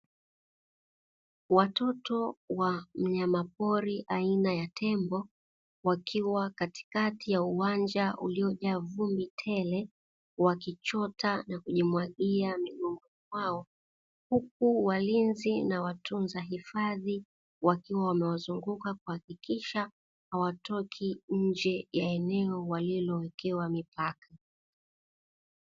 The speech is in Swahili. Watoto wa mnyamapori aina ya tembo wakiwa katikati ya uwanja uliojaa vumbi tele, wakichota na kujimwagia migongoni mwao. Huku walinzi na watunza hifadhi wakiwa wamewazunguka kuhakikisha hawatoki nje ya eneo walilowekewa mipaka.